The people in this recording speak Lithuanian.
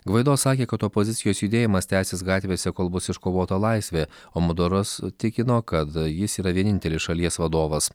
gvaido sakė kad opozicijos judėjimas tęsis gatvėse kol bus iškovota laisvė o maduras tikino kad jis yra vienintelis šalies vadovas